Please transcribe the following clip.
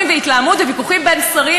על דבר כזה,